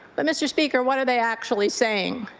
but mr. speaker, what are they actually saying?